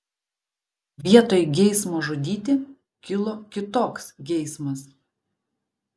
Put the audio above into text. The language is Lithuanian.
vietoj geismo žudyti kilo kitoks geismas